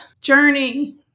journey